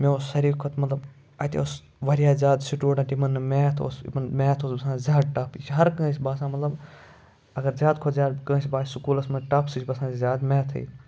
مےٚ اوس ساروی کھۄتہٕ مطلب اَتہِ ٲس واریاہ زیادٕ سٹوٗڈَنٛٹ یِمَن نہٕ میتھ اوس یِمَن میتھ اوس باسان زیادٕ ٹَف یہِ چھِ ہرکٲنٛسہِ باسان مطلب اگر زیادٕ کھۄتہٕ زیادٕ کٲنٛسہِ باسہِ سکوٗلَس منٛز ٹَف سُہ چھِ باسان زیادٕ میتھٕے